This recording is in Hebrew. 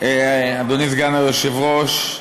אדוני סגן היושב-ראש,